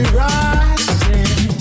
rising